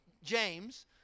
James